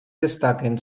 destaquen